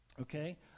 Okay